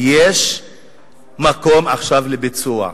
יש מקום עכשיו לביצוע,